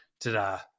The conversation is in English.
ta-da